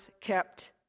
kept